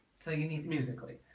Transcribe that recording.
so you need musically.